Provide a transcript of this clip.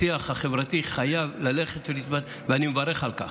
השיח החברתי חייב להתפתח, ואני מברך על כך.